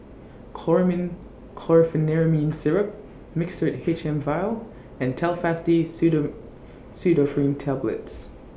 Chlormine Chlorpheniramine Syrup Mixtard H M Vial and Telfast D Pseudoephrine Tablets